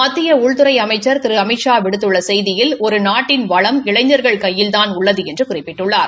மத்திய உள்துறை அமைச்சா திரு அமித்ஷா விடுத்துள்ள செய்தியில் ஒரு நாட்டின் வளம் இளைஞா்கள் கையில்தான் உள்ளது என்று குறிப்பிட்டுள்ளார்